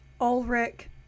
Ulrich